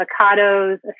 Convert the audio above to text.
avocados